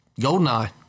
Goldeneye